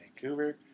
Vancouver